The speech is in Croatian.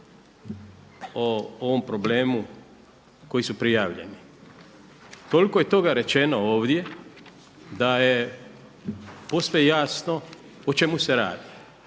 o ovom problemu koji su prijavljeni. Toliko je toga rečeno ovdje da je posve jasno o čemu se radi.